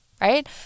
right